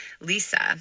Lisa